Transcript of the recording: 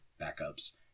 backups